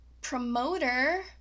promoter